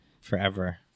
forever